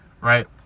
right